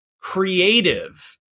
creative